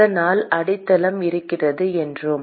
அதனால் அடித்தளம் இருக்கிறது என்றோம்